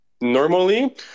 normally